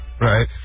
right